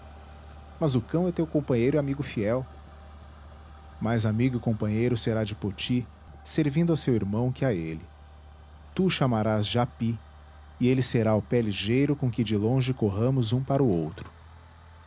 mas o cão é teu companheiro e amigo fiel mais amigo e companheiro será de poti servindo a seu irmão que a ele tu o chamarás japi e ele será o pé ligeiro com que de longe corramos um para o outro